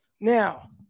Now